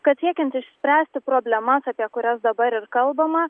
kad siekiant išspręsti problemas apie kurias dabar ir kalbama